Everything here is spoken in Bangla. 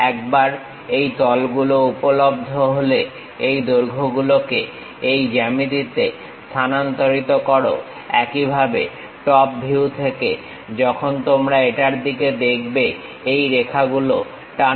একবার এই তলগুলো উপলব্ধ হলে এই দৈর্ঘ্যগুলোকে এই জ্যামিতিতে স্থানান্তরিত করো একইভাবে টপ ভিউ থেকে যখন তোমরা এটার দিকে দেখবে এই রেখাগুলো টানো